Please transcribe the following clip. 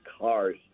cars